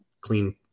clean